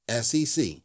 SEC